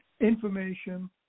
information